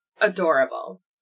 adorable